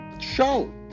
show